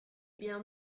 bien